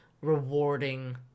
rewarding